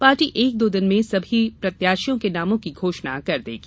party एक दो दिन में सभी प्रत्याशियों के नामों की घोषणा कर देगी